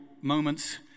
moments